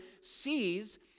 sees